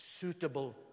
suitable